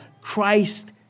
Christ